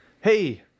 Hey